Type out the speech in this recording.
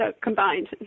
combined